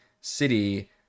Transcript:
city